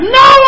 no